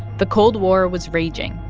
the cold war was raging.